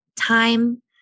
time